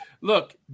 Look